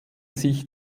sich